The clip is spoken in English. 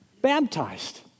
baptized